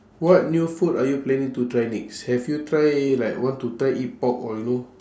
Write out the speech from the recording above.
what new food are you planning to try next have you try like want to try eat pork or you know